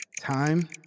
Time